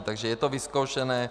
Takže je to vyzkoušené.